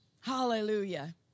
Hallelujah